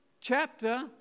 chapter